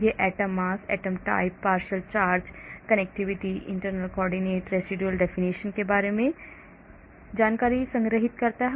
यह atom mass atom type partial charges connectivity internal coordinates residue definition के बारे में जानकारी संग्रहीत करता है